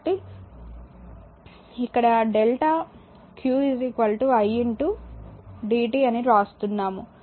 కాబట్టి ఇక్కడ delta q i dt అని వ్రాస్తున్నాము